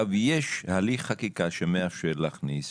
יש הליך חקיקה שמאפשר להכניס